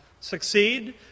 succeed